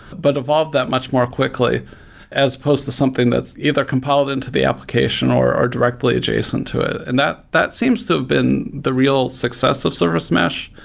but evolve that much more quickly as supposed to something that's either compiled in to the application or directly adjacent to it. and that that seems to have been the real success of service mesh,